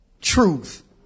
truth